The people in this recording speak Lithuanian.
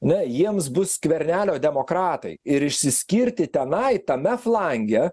ne jiems bus skvernelio demokratai ir išsiskirti tenai tame flange